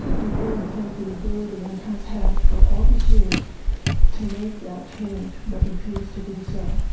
your board has the ability and has had for all these years to make that change, but refuse to do so.